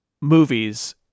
movies